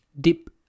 Deep